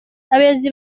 abayobozi